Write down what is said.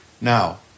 Now